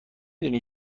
دونین